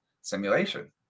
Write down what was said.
simulation